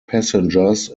passengers